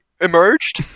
emerged